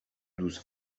douze